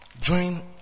Join